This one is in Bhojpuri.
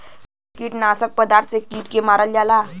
कीटनाशक पदार्थ से के कीट के मारल जाला